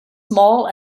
small